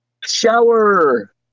Shower